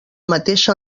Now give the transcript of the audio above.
mateixa